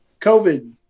COVID